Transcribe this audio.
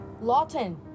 Lawton